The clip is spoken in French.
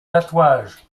tatouage